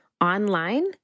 online